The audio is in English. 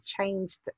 changed